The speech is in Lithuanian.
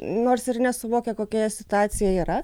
nors ir nesuvokia kokioje situacijoje yra